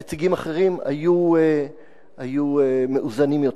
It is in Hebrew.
נציגים אחרים היו מאוזנים יותר.